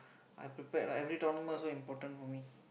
I prepared lah every tournament also important for me